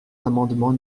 l’amendement